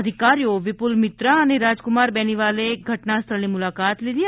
અધિકારીઓ વિપુલ મિત્રા અને રાજકુમાર બેનીવાલે ઘટના સ્થળની મુલાકાત લીધી છે